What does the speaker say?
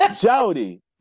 Jody